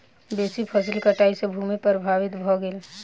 बेसी फसील कटाई सॅ भूमि प्रभावित भ गेल